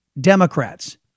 Democrats